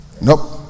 Nope